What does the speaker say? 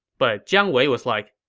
but jiang wei was like,